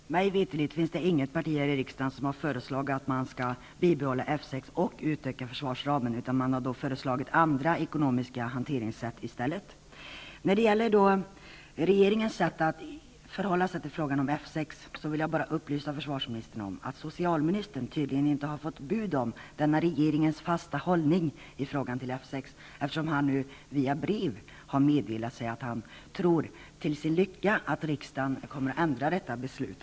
Fru talman! Mig veterligt finns det inget parti i riksdagen som har föreslagit att man skall bibehålla F 6 och utöka försvarsramen. Andra ekonomiska hanteringssätt har föreslagits i stället. När det gäller regeringens sätt att förhålla sig till frågan om F 6, vill jag upplysa försvarsministern om att socialministern tydligen inte har fått bud om denna regeringens fasta hållning i fråga om F 6. Han har ju nu via brev meddelat att han tror till sin lycka att riksdagen kommer att ändra detta beslut.